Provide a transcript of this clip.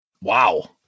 Wow